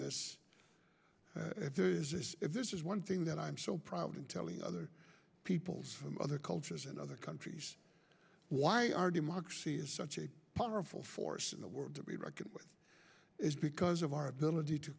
this if there is this this is one thing that i'm so proud and telling other people's from other cultures and other countries why our democracy is such a powerful force in the world to be reckoned with is because of our ability to